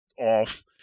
off